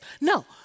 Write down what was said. No